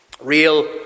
Real